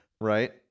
Right